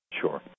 Sure